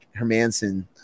Hermanson